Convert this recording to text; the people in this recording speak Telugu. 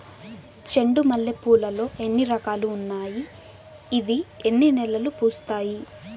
చెండు మల్లె పూలు లో ఎన్ని రకాలు ఉన్నాయి ఇవి ఎన్ని నెలలు పూస్తాయి